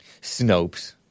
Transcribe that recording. Snopes